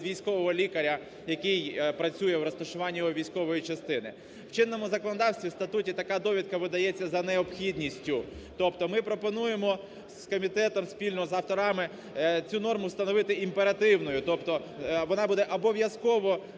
військового лікаря, який працює в розташуванні його військової частини. В чинному законодавстві, в статуті така довідка видається за необхідністю. Тобто ми пропонуємо з комітетом спільно, з авторами цю норми встановити імперативною. Тобто вона буде обов'язково